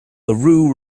larue